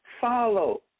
Follow